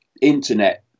Internet